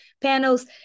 panels